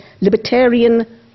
libertarian